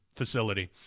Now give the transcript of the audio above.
facility